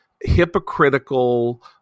hypocritical